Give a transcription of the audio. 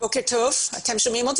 אנחנו יודעים מה